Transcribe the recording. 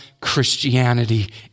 Christianity